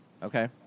Okay